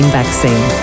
vaccine